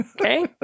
okay